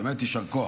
באמת יישר כוח.